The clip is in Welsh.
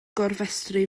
gofrestru